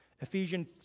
Ephesians